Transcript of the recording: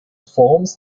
forms